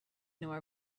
nor